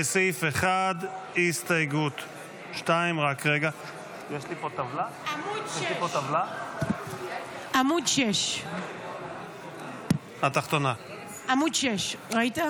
לסעיף 1, הסתייגות 2. עמ' 6. ראית?